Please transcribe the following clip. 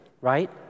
right